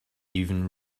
even